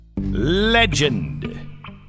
Legend